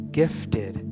gifted